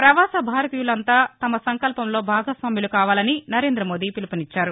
ప్రపాసభారతీయులంతా తమ సంకల్పంలో భాగస్వాములు కావాలని నరేంద్రమోదీ పిలుపునిచ్చారు